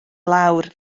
lawr